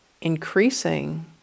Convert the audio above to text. increasing